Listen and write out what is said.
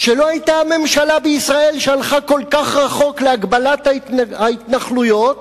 שלא היתה ממשלה בישראל שהלכה כל כך רחוק להגבלת הבנייה בהתנחלויות,